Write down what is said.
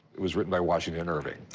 it was written by washington irving.